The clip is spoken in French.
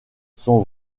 son